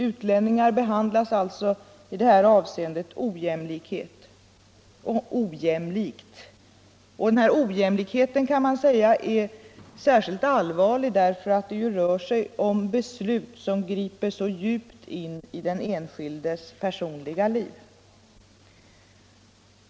Utlänningar behandlas alltså här ojämlikt, och ojämlikheten är allvarlig därför att det rör sig om beslut som griper in djupt i den enskildes personliga liv.